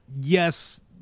Yes